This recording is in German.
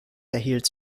erhielt